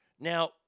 Now